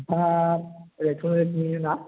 नोंथाङा इलेकट्र'निकनि ना